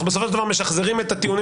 בסופו של דבר אנחנו משחזרים את הטיעונים